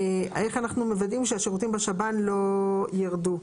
איך אנחנו מוודאים שהשירותים בשב"ן לא יירדו,